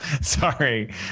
Sorry